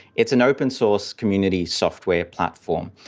it's an open-source community software platform,